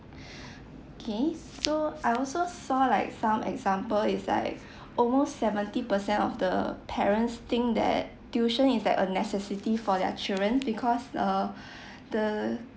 K so I also saw like some example is like almost seventy percent of the parents think that tuition is like a necessity for their children because err the